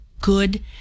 good